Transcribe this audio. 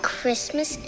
Christmas